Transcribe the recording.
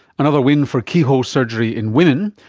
another win for keyhole surgery in women.